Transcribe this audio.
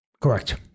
Correct